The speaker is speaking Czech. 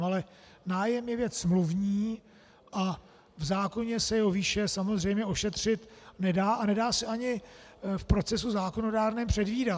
Ale nájem je věc smluvní a v zákoně se jeho výše samozřejmě ošetřit nedá a nedá se ani v procesu zákonodárném předvídat.